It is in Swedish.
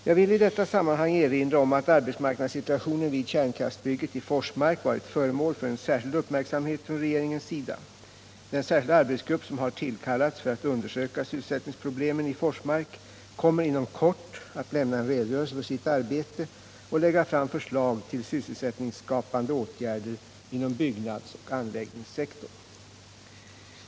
Jag vill i detta sammanhang erinra om att arbetsmarknadssituationen vid kärnkraftsbygget i Forsmark varit föremål för en särskild uppmärksamhet från regeringens sida. Den särskilda arbetsgrupp som har tillkallats för att undersöka sysselsättningsproblemen i Forsmark kommer inom kort att lämna en redogörelse för sitt arbete och lägga fram förslag till sysselsättningsskapande åtgärder inom byggnadsoch anläggningssektorn.